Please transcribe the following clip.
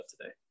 today